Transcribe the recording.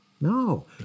No